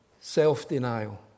self-denial